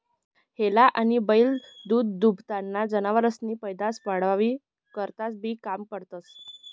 हेला आनी बैल दूधदूभताना जनावरेसनी पैदास वाढावा करता बी काम पडतंस